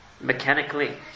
mechanically